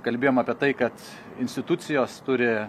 kalbėjom apie tai kad institucijos turi